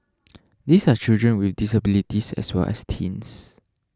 these are children with disabilities as well as teens